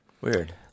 Weird